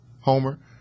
Homer